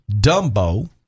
Dumbo